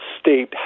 state